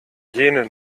jene